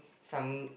some